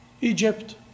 Egypt